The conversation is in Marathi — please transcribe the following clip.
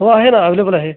हो आहे ना ॲवेलेबल आहे